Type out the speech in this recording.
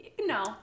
No